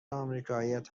آمریکاییات